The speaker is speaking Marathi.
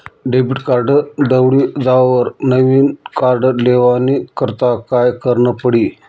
डेबिट कार्ड दवडी जावावर नविन कार्ड लेवानी करता काय करनं पडी?